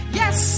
yes